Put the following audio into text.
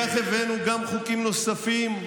כך הבאנו גם חוקים נוספים,